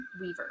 weaver